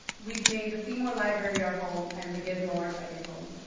we've made the seymour library our home, and the gizmo our second home.